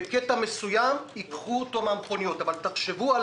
בקטע מסוים ייקחו אותו מהמכוניות אבל תחשבו על